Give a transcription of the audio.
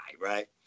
right